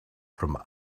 from